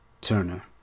Turner